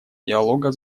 диалога